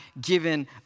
given